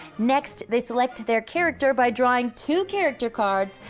next, they select their character by drawing two character cards,